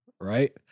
right